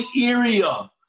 area